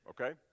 Okay